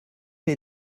les